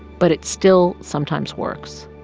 but it still sometimes works